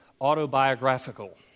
autobiographical